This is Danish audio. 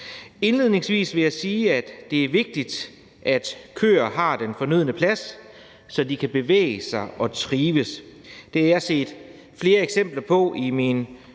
Indledningsvis vil jeg sige, at det er vigtigt, at køer har den fornødne plads, så de kan bevæge sig og trives. Det har jeg set flere eksempler på under